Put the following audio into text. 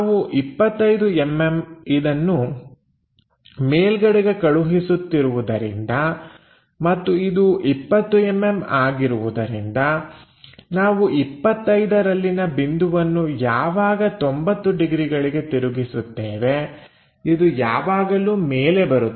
ನಾವು 25mm ಇದನ್ನು ಮೇಲ್ಗಡೆಗೆ ಕಳುಹಿಸುತ್ತಿರುವುದರಿಂದ ಮತ್ತು ಇದು 20mm ಆಗಿರುವುದರಿಂದ ನಾವು 25 ರಲ್ಲಿನ ಬಿಂದುವನ್ನು ಯಾವಾಗ 90 ಡಿಗ್ರಿಗಳಿಗೆ ತಿರುಗಿಸುತ್ತೇವೆ ಇದು ಯಾವಾಗಲೂ ಮೇಲೆ ಬರುತ್ತದೆ